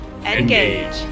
Engage